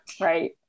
Right